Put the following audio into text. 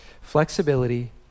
Flexibility